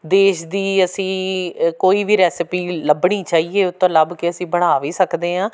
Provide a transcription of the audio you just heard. ਦੇਸ਼ ਦੀ ਅਸੀਂ ਕੋਈ ਵੀ ਰੈਸਪੀ ਲੱਭਣੀ ਚਾਹੀਏ ਉਹ ਤੋਂ ਲੱਭ ਕੇ ਅਸੀਂ ਬਣਾ ਵੀ ਸਕਦੇ ਹਾਂ